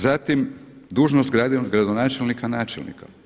Zatim, dužnost gradonačelnika, načelnika.